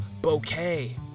bouquet